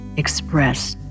expressed